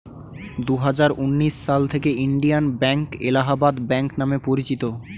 দুহাজার উনিশ সাল থেকে ইন্ডিয়ান ব্যাঙ্ক এলাহাবাদ ব্যাঙ্ক নাম পরিচিত